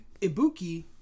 Ibuki